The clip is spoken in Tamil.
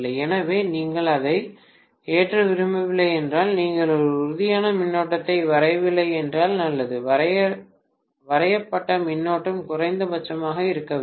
எனவே நீங்கள் அதை ஏற்ற விரும்பவில்லை என்றால் நீங்கள் ஒரு உறுதியான மின்னோட்டத்தை வரையவில்லை என்றால் நல்லது வரையப்பட்ட மின்னோட்டம் குறைந்தபட்சமாக இருக்க வேண்டும்